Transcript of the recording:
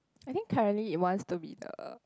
I think currently it wants to be the